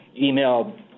email